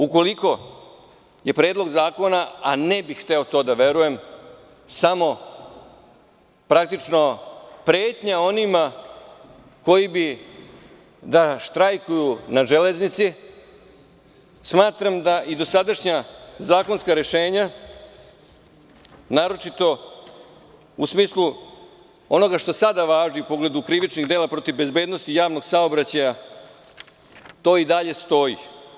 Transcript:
Ukoliko je Predlog zakona, a ne bih hteo to da verujem, samo pretnja onima koji bi da štrajkuju na železnici, smatram da i dosadašnja zakonska rešenja, naročito u smislu onoga što sada važi u pogledu krivičnih dela protiv bezbednosti javnog saobraćaja, to i dalje stoji.